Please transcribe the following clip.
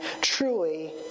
truly